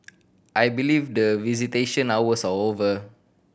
I believe the visitation hours are over